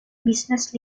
business